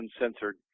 uncensored